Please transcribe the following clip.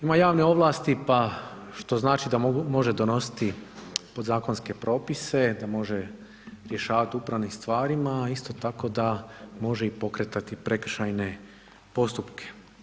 Ima javne ovlasti, pa što znači da može donositi podzakonske propise da može rješavati o upravnim stvarima, a isto tako da može pokretati prekršajne postupke.